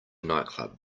nightclub